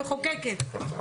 המחוקקת.